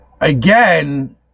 again